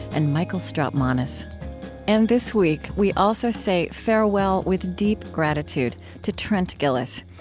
and michael strautmanis and this week, we also say farewell with deep gratitude to trent gilliss,